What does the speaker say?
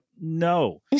no